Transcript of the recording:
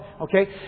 Okay